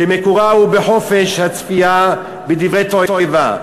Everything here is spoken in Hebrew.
שמקורה בחופש הצפייה בדברי תועבה.